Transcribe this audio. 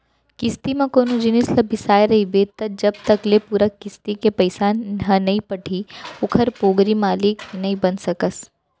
किस्ती म कोनो जिनिस ल बिसाय रहिबे त जब तक ले पूरा किस्ती के पइसा ह नइ पटही ओखर पोगरी मालिक नइ बन सकस